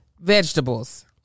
vegetables